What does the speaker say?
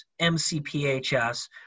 MCPHS